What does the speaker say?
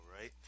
right